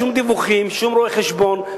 שום דיווחים ושום רואי-חשבון,